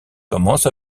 commence